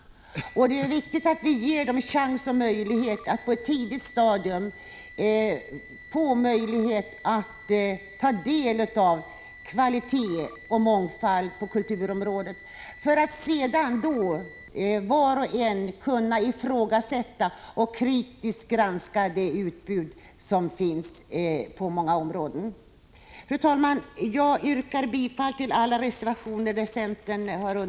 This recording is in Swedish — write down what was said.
Det är viktigt att vi ger dem möjlighet att på ett tidigt stadium ta del av kvalitet och mångfald på kulturområdet, för att de sedan skall kunna ifrågasätta och kritiskt granska det utbud som finns på många områden.